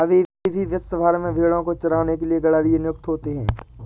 अभी भी विश्व भर में भेंड़ों को चराने के लिए गरेड़िए नियुक्त होते हैं